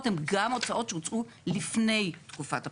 הן גם הוצאות שהוצאו לפני תקופת הבחירות.